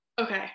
Okay